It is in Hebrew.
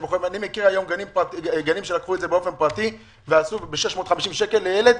אני מכיר היום גנים שלקחו את זה באופן פרטי וב-650 שקלים לילד.